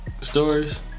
Stories